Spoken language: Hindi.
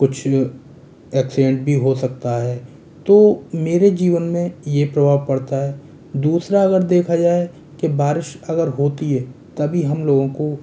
कुछ एक्सीडेंट भी हो सकता है तो मेरे जीवन में यह प्रभाव पड़ता है दूसरा अगर देखा जाए की बारिश अगर होती है तभी हम लोगों को